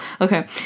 okay